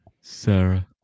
Sarah